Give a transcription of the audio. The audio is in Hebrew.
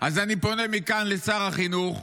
אז אני פונה מכאן לשר החינוך,